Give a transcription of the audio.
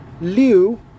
Liu